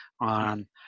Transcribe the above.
on